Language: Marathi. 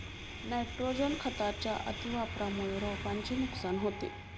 नायट्रोजन खताच्या अतिवापरामुळे रोपांचे नुकसान होते